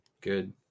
good